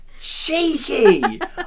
cheeky